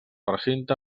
recinte